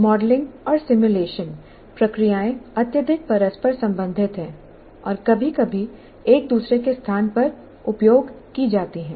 modelling और simulation प्रक्रियाएं अत्यधिक परस्पर संबंधित हैं और कभी कभी एक दूसरे के स्थान पर उपयोग की जाती हैं